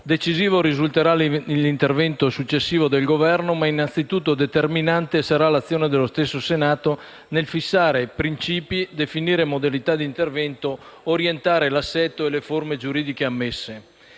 Decisivo risulterà l'intervento successivo del Governo, ma innanzitutto determinante sarà l'azione dello stesso Senato nel fissare principi, definire modalità di intervento ed orientare l'assetto e le forme giuridiche ammesse.